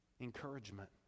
Encouragement